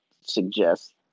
suggest